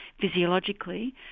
physiologically